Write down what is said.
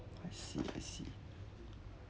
I see I see